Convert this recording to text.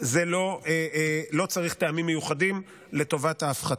לא צריך טעמים מיוחדים לטובת ההפחתה.